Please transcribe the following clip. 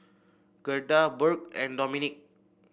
Gerda Burk and Dominique